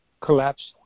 collapse